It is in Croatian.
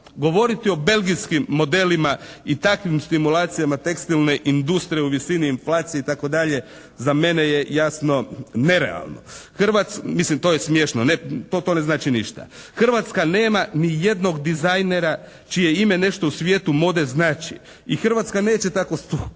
Govoriti o belgijskim modelima i takvim stimulacijama tekstilne industrije u visini inflacije itd. za mene je jasno nerealno. Hrvatska, mislim to je smiješno, to ne znači ništa. Hrvatska nema ni jednog dizajnera čije ime nešto u svijetu mode znači. I Hrvatska neće tako skoro